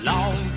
Long